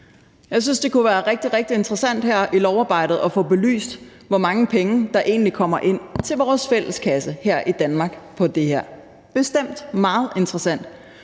Jeg synes, det kunne være rigtig, rigtig interessant her i lovarbejdet at få belyst, hvor mange penge der egentlig kommer ind til vores fælleskasse her i Danmark på det her, det er bestemt meget interessant.